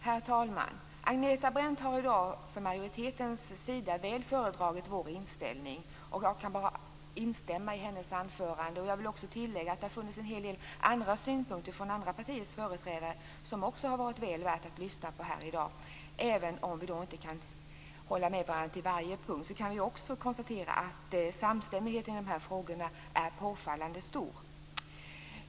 Herr talman! Agneta Brendt har i dag från majoritetens sida väl föredragit vår inställning. Jag kan bara instämma i hennes anförande. Jag vill tillägga att det också varit väl värt att här i dag lyssna till en hel del synpunkter från andra partiers företrädare, även om vi inte kan hålla med varandra på varje punkt. Samstämmigheten i de här frågorna är påfallande stor.